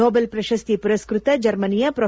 Nobel ಪ್ರಶಸ್ತಿ ಪುರಸ್ಕೃತ ಜರ್ಮನಿಯ ಪ್ರೊ